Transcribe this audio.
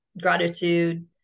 Gratitude